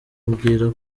ambwira